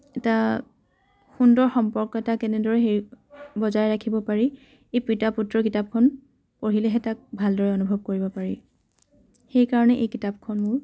এটা সুন্দৰ সম্পৰ্ক এটা কেনেদৰে হেৰি বজাই ৰাখিব পাৰি এই পিতা পুত্ৰ কিতাপখন পঢ়িলেহে তাক ভালদৰে অনুভৱ কৰিব পাৰি সেইকাৰণে এই কিতাপখন মোৰ